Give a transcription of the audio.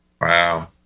Wow